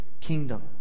kingdom